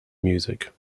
music